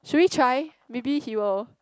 should we try maybe he will